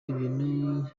ibintu